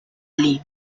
lima